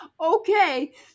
Okay